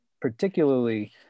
particularly